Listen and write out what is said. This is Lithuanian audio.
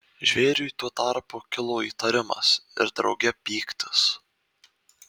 žvėriui tuo tarpu kilo įtarimas ir drauge pyktis